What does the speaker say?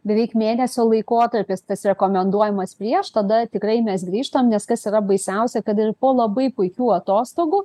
beveik mėnesio laikotarpis tas rekomenduojamas prieš tada tikrai mes grįžtam nes kas yra baisiausia kad ir po labai puikių atostogų